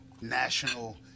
national